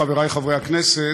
חברי חברי הכנסת,